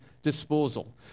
disposal